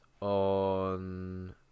on